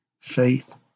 Faith